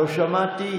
לא שמעתי.